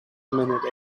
minute